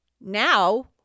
Now